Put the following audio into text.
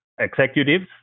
executives